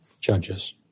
Judges